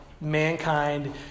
mankind –